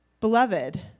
beloved